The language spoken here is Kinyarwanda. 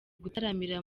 gutaramira